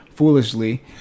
Foolishly